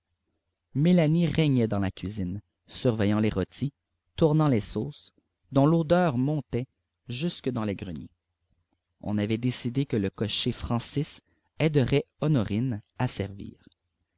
mélanie régnait dans la cuisine surveillant les rôtis tournant les sauces dont l'odeur montait jusque dans les greniers on avait décidé que le cocher francis aiderait honorine à servir